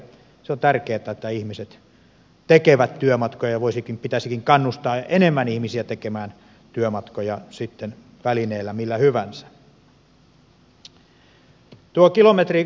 on tärkeätä että ihmiset tekevät työmatkoja ja pitäisikin kannustaa enemmän ihmisiä tekemään työmatkoja välineellä millä hyvänsä